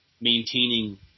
maintaining